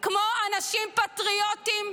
כמו אנשים פטריוטים,